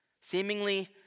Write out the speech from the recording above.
seemingly